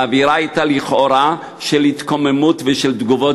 האווירה הייתה לכאורה של התקוממות ושל תגובות